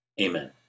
Amen